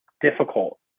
difficult